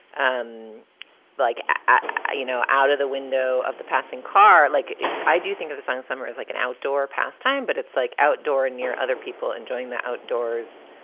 um like, you know, out of the window of the passing car. like i do think of the science. summer is like an outdoor pastime, but it's like outdoor and near other people enjoying the outdoors.